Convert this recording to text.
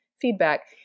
feedback